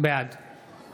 בעד